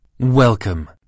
Welcome